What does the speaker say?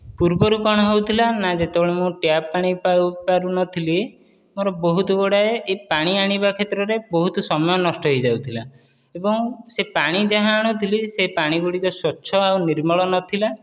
ପୂର୍ବରୁ କଣ ହେଉଥିଲା ନା ଯେତେବେଳେ ମୁଁ ଟ୍ୟାପ ପାଣି ପାଉ ପାରୁନଥିଲି ମୋର ବହୁତ ଗୁଡ଼ାଏ ଏଇ ପାଣି ଆଣିବା କ୍ଷେତ୍ରରେ ବହୁତ ସମୟ ନଷ୍ଟ ହୋଇଯାଉଥିଲା ଏବଂ ସେ ପାଣି ଯାହା ଆଣୁଥିଲି ସେ ପାଣି ଗୁଡ଼ିକ ସ୍ୱଚ୍ଛ ଆଉ ନିର୍ମଳ ନଥିଲା